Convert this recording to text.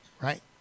right